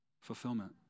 Fulfillment